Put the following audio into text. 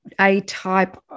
A-type